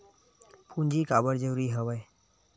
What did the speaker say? पूंजी काबर जरूरी हवय?